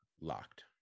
locked